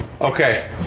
Okay